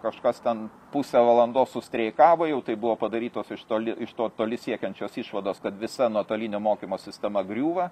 kažkas ten pusę valandos sustreikavo jau tai buvo padarytos iš toli iš to toli siekiančios išvados kad visa nuotolinio mokymo sistema griūva